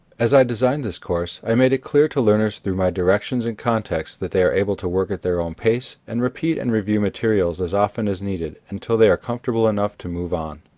as i designed this course, i made it clear to learners through my directions and context that they are able to work at their own pace and repeat and review materials as often as needed until they are comfortable enough to move on.